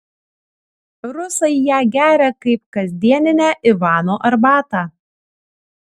rusai ją geria kaip kasdieninę ivano arbatą